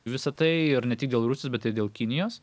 visa tai ir ne tik dėl rusijos bet ir dėl kinijos